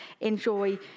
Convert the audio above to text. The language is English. enjoy